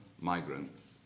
migrants